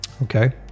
Okay